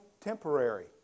temporary